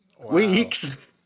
Weeks